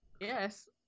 Yes